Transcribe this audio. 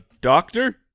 doctor